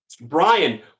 Brian